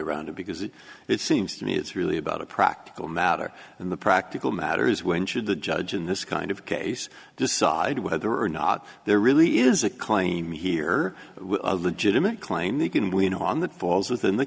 around it because it it seems to me it's really about a practical matter and the practical matter is when should the judge in this kind of case decide whether or not there really is a claim here a legitimate claim they can win on that falls within the